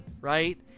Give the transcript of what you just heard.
right